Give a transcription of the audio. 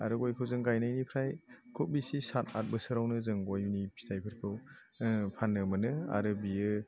आरो गयखौ जों गायनायनिफ्राय खुब बिसि साथ आथ बोसोरावनो जों गयनि फिथाइफोरखौ फाननो मोनो आरो बियो